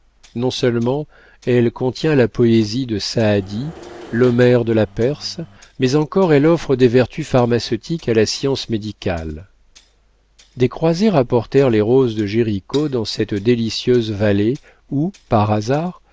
non seulement elle contient la poésie de saadi l'homère de la perse mais encore elle offre des vertus pharmaceutiques à la science médicale des croisés rapportèrent les roses de jéricho dans cette délicieuse vallée où par hasard